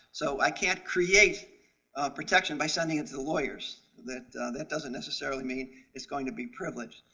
so i can't create protection by sending it to the lawyers. that that doesn't necessarily mean it's going to be privileged.